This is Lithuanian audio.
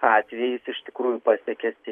atvejis iš tikrųjų pasiekia